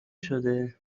شده